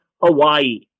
Hawaii